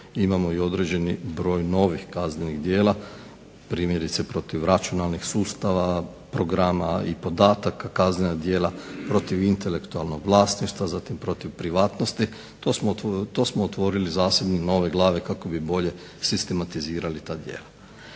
imamo i određeni broj novih kaznenih djela primjerice protiv računalnih sustava, programa i podataka, kaznena djela protiv intelektualnog vlasništva, zatim protiv privatnosti. To smo otvorili zasebne nove glave kako bi bolje sistematizirali ta djela.